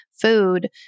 food